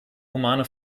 humane